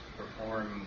perform